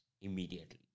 immediately